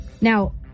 Now